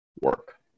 work